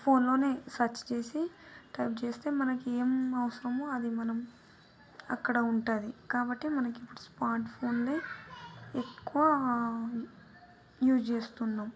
ఫోన్లోనే సర్చ్ చేసి టైప్ చేస్తే మనకి ఏం అవసరమో అది మనం అక్కడ ఉంటుంది కాబట్టి మనకి ఇప్పుడు స్మార్ట్ ఫోన్లే ఎక్కువ యూజ్ చేస్తున్నాం